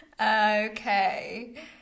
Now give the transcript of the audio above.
okay